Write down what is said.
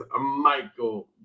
Michael